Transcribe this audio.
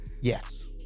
Yes